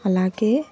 అలాగే